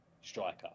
striker